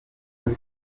muri